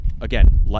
again